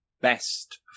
best